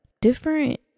Different